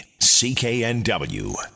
CKNW